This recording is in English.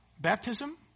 baptism